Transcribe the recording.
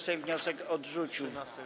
Sejm wniosek odrzucił.